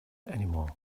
anymore